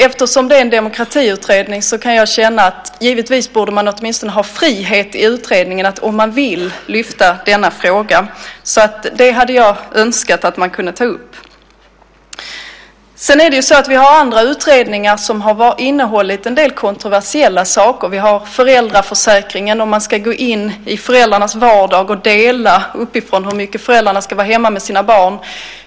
Eftersom det är en demokratiutredning tycker jag att man åtminstone borde ha frihet att i utredningen lyfta fram denna fråga om man vill. Jag skulle önska att man kunde ta upp detta. Det har gjorts andra utredningar som har innehållit kontroversiella saker. Man har utrett föräldraförsäkringen och diskuterat att man ska gå in i föräldrarnas vardag och uppifrån dela upp hur mycket föräldrarna ska vara med sina barn.